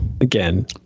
again